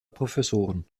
professoren